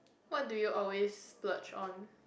what do you always splurge on